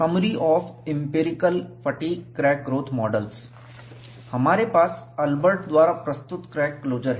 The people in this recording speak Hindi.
summary of empirical fatigue crack growth models हमारे पास अल्बर्ट द्वारा प्रस्तुत क्रैक क्लोजर है